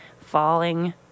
falling